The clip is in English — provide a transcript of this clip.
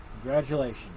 congratulations